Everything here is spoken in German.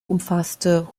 umfasste